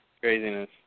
Craziness